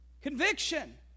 Conviction